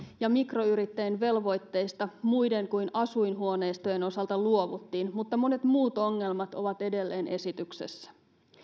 ja mikroyrittäjien velvoitteista muiden kuin asuinhuoneistojen osalta luovuttiin mutta monet muut ongelmat ovat edelleen esityksessä